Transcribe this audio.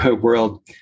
world